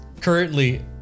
currently